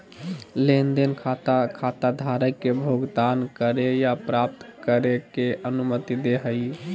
लेन देन खाता खाताधारक के भुगतान करे या प्राप्त करे के अनुमति दे हइ